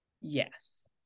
yes